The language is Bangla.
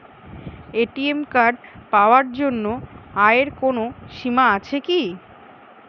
এ.টি.এম কার্ড পাওয়ার জন্য আয়ের কোনো সীমা আছে কি?